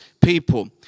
people